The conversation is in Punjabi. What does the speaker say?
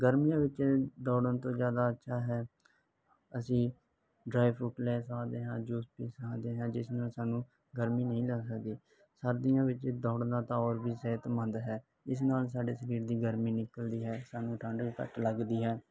ਗਰਮੀਆਂ ਵਿੱਚ ਦੌੜਨ ਤੋਂ ਜ਼ਿਆਦਾ ਅੱਛਾ ਹੈ ਅਸੀਂ ਡਰਾਈ ਫਰੂਟ ਲੈ ਸਕਦੇ ਹਾਂ ਜੂਸ ਪੀ ਸਕਦੇ ਹਾਂ ਜਿਸ ਨਾਲ ਸਾਨੂੰ ਗਰਮੀ ਨਹੀਂ ਲੱਗ ਸਕਦੀ ਸਰਦੀਆਂ ਵਿੱਚ ਦੌੜਨਾ ਤਾਂ ਹੋਰ ਵੀ ਸਿਹਤਮੰਦ ਹੈ ਇਸ ਨਾਲ ਸਾਡੇ ਸਰੀਰ ਦੀ ਗਰਮੀ ਨਿਕਲਦੀ ਹੈ ਸਾਨੂੰ ਠੰਡ ਘੱਟ ਲੱਗਦੀ ਆ